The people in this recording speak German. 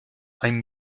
ein